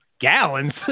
Gallons